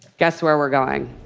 guess where we're going?